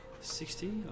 sixty